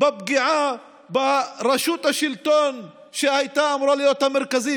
בפגיעה ברשות השלטון שהייתה אמורה להיות המרכזית,